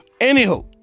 Anywho